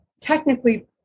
technically